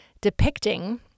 depicting